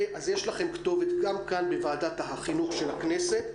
אז יש לכם כתובת גם כאן בוועדת החינוך של הכנסת.